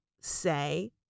say